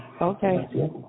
Okay